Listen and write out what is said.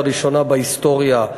לראשונה בהיסטוריה,